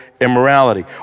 immorality